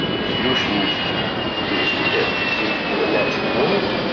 the solutions we have suggested seem to be the natural ones.